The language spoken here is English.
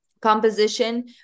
composition